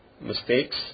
mistakes